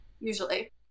Usually